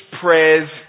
prayers